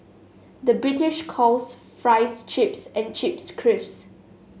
the British calls fries chips and chips crisps